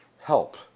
Help